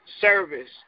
service